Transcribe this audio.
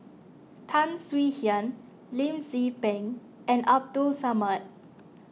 Tan Swie Hian Lim Tze Peng and Abdul Samad